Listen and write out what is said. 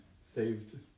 saved